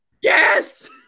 Yes